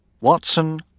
Watson